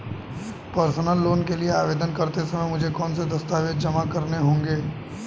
Personal loan के लिए आवेदन करते समय मुझे कौन से दस्तावेज़ जमा करने होंगे?